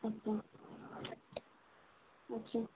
अच्छा अच्छा